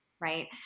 right